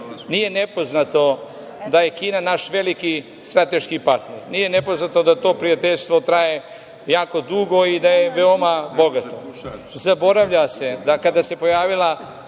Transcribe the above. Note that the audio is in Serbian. nepoznato da je Kina naš veliki strateški partner. Nije nepoznato da to prijateljstvo traje jako dugo i da je veoma bogato. Zaboravlja se da kada se virus